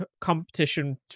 competition